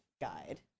guide